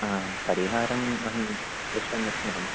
हा परिहारम् अहम् अन्विशन् अस्मि अहम्